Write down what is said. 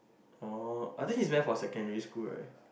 oh I think he went for secondary school right